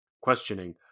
Questioning